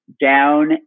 down